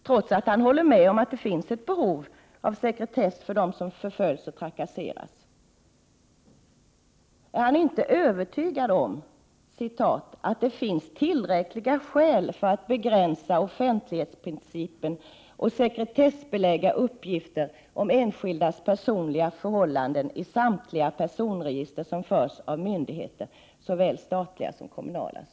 Trots att han håller med om att det finns ett behov av sekretess för dem som förföljs och trakasseras är han inte övertygad om ”att det finns tillräckliga skäl för att begränsa offentlighetsprincipen och sekretessbelägga uppgifter om enskildas personliga förhållanden i samtliga personregister som förs av myndigheter, såväl statliga som kommunala”.